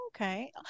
Okay